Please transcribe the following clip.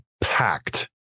packed